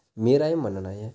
मेरा एह् मन्नना ऐ